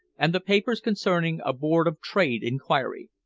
and the papers concerning a board of trade inquiry.